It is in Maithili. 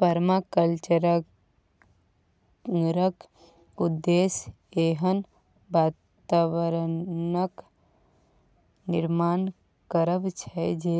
परमाकल्चरक उद्देश्य एहन बाताबरणक निर्माण करब छै जे